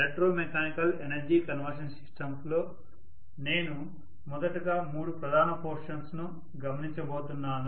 electromechanical energy conversion సిస్టమ్స్లో నేను మొదటగా మూడు ప్రధాన పోర్షన్స్ ను గమనించ బోతున్నాను